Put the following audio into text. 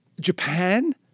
Japan